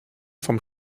vom